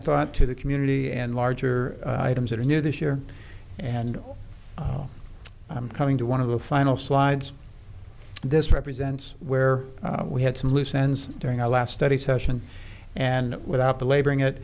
thought to the community and larger items that are new this year and i'm coming to one of the final slides this represents where we had some loose ends during our last study session and without belaboring